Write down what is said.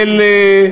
של,